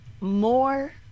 more